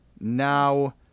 Now